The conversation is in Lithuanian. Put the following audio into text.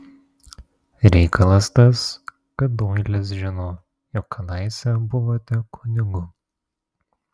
reikalas tas kad doilis žino jog kadaise buvote kunigu